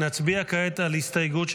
נצביע כעת על לחלופין.